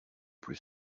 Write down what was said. plus